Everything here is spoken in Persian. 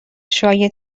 شایع